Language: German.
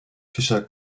fischer